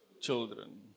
children